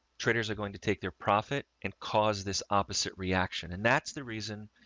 traders are going to take their profit and cause this opposite reaction. and that's the reason